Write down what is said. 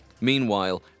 Meanwhile